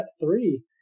three